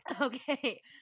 okay